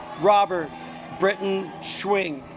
robert britain schwing